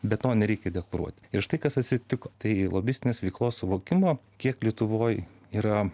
bet to nereikia deklaruoti ir štai kas atsitiko tai lobistinės veiklos suvokimo kiek lietuvoj yra